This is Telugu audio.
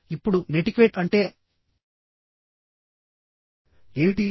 ఇప్పుడు నెటిక్వేట్ అంటే ఏమిటి